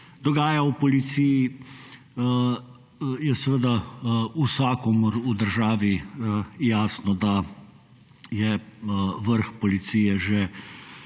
dogaja v policiji, je seveda vsakomur v državi jasno, da je vrh policije že